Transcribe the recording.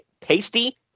Pasty